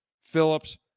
phillips